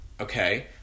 okay